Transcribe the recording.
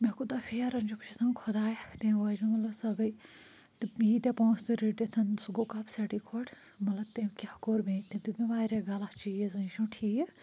مےٚ کوٗتاہ فیران چھُ بہٕ چھَس دَپان خۄدایا تٔمۍ وٲج مےٚ مطلب سۄ گٔے تہٕ ییٖتیٛاہ پۅنٛسہٕ تہِ رٔٹِتھ سُہ گوٚو کپ سٮ۪ٹٕے کھوٚٹ مگر تٔمۍ کیٛاہ کوٚر مےٚ یہِ تٔمۍ دیُت مےٚ واریاہ غلط چیٖز یہِ چھُنہٕ ٹھیٖک